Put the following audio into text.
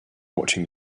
watching